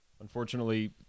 Unfortunately